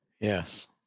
Yes